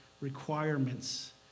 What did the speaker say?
requirements